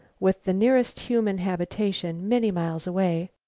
with the nearest human habitation many miles away,